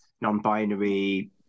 non-binary